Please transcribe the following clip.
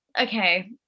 okay